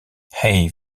hij